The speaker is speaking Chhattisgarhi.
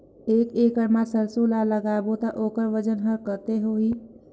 एक एकड़ मा सरसो ला लगाबो ता ओकर वजन हर कते होही?